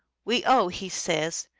we owe, he says,